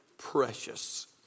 precious